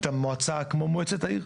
כמו מועצת העיר.